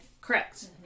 Correct